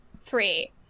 three